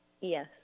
Yes